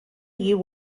you